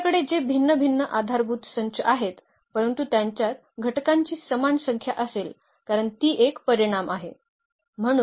तर आपल्याकडे जे भिन्न भिन्न आधारभूत संच आहेत परंतु त्यांच्यात घटकांची समान संख्या असेल कारण ती एक परिमाण आहे